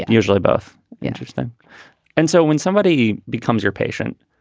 usually both interesting and so when somebody becomes your patient,